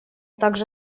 также